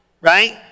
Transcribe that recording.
right